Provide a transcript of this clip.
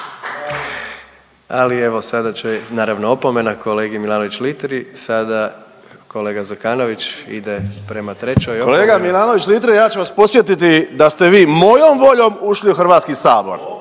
Ali evo, sada će, naravno opomena kolegi Milanović Litri. Sada kolega Zekanović ide prema trećoj opomeni. **Zekanović, Hrvoje (HDS)** Kolega Milanović Litre, ja ću vas podsjetiti da ste vi mojom voljom ušli u HS.